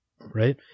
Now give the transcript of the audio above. right